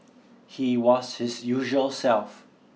he was his usual self